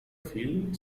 film